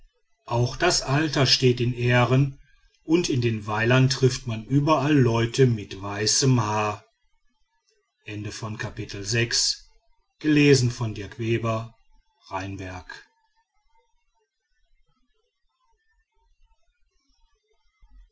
auch das alter steht in ehren und in den weilern trifft man überall leute mit weißem haar